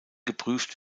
geprüft